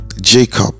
Jacob